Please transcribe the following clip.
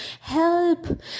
Help